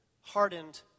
hardened